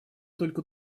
только